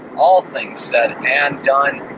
all things said and done.